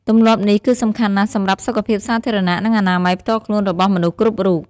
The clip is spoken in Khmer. ទម្លាប់នេះ គឺសំខាន់ណាស់សម្រាប់សុខភាពសាធារណៈ និងអនាម័យផ្ទាល់ខ្លួនរបស់មនុស្សគ្រប់រូប។